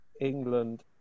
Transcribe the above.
England